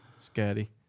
scary